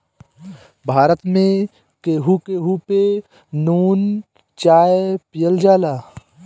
भारत में केहू केहू पे नून चाय पियल जाला